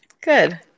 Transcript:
Good